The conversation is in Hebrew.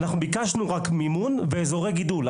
אנחנו רק ביקשנו מימון ואזורי גידול.